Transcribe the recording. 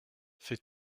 fais